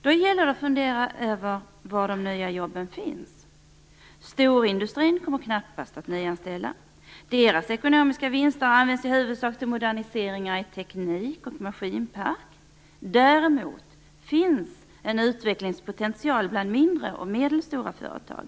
Då gäller det att fundera över var de nya jobben finns. Storindustrin kommer knappast att nyanställa. Dess ekonomiska vinster används i huvudsak till modernisering av teknik och maskinpark. Däremot finns det en utvecklingspotential bland mindre och medelstora företag.